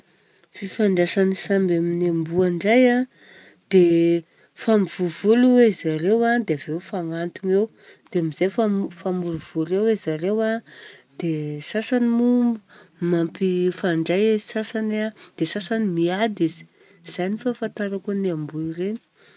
Fifandraisan'ny amin'ny samby amin'ny amboa indray an: dia mifampivovò aloha zareo an, dia avy eo mifagnantogna eo. Dia amizay mifamorovoro eo zareo an, dia ny sasany moa mampifandray sasany an, dia ny sasany miady. Izay fahafantarako ny amboa ireny.